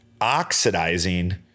oxidizing